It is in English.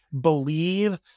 believe